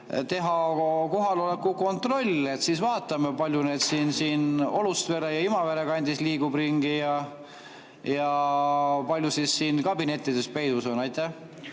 teha kohaloleku kontroll. Siis vaatame, palju neid Olustvere ja Imavere kandis liigub ringi ja palju on siin kabinettides peidus. Aitäh!